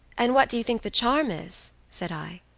and what do you think the charm is? said i.